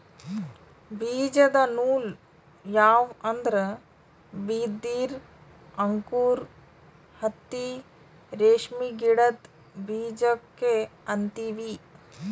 ಬೀಜದ ನೂಲ್ ಯಾವ್ ಅಂದ್ರ ಬಿದಿರ್ ಅಂಕುರ್ ಹತ್ತಿ ರೇಷ್ಮಿ ಗಿಡದ್ ಬೀಜಕ್ಕೆ ಅಂತೀವಿ